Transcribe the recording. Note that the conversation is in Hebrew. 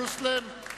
Jerusalem,